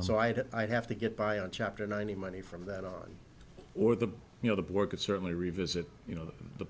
so i'd have to get by on chapter ninety money from that or the you know the board could certainly revisit you know the